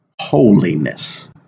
holiness